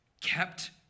kept